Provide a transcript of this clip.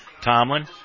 Tomlin